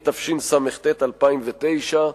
התשס"ט 2009,